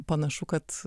panašu kad